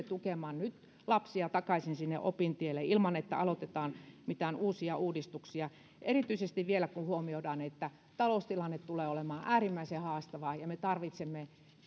tukemaan lapsia takaisin sinne opintielle ilman että aloitetaan mitään uusia uudistuksia erityisesti vielä kun huomioidaan että taloustilanne tulee olemaan äärimmäisen haastava ja me tarvitsemme